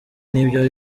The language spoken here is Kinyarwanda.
n’ibyo